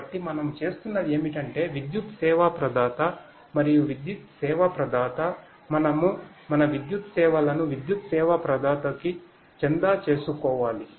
కాబట్టి మనము చేస్తున్నది ఏమిటంటే విద్యుత్ సర్వీస్ ప్రొవైడర్ చేసుకోవాలి